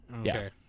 Okay